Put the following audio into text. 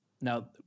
Now